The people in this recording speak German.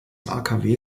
akw